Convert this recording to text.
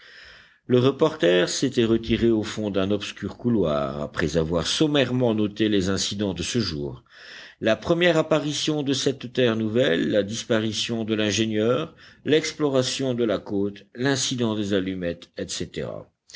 le reporter s'était retiré au fond d'un obscur couloir après avoir sommairement noté les incidents de ce jour la première apparition de cette terre nouvelle la disparition de l'ingénieur l'exploration de la côte l'incident des allumettes etc